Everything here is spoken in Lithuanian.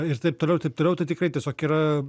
ir taip toliau ir taip toliau tai tikrai tiesiog yra